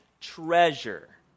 treasure